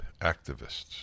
activists